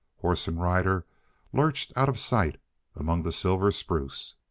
horse and rider lurched out of sight among the silver spruce.